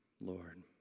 Lord